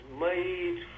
made